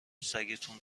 سگتون